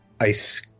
ice